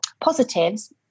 positives